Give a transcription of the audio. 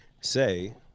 Say